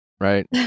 right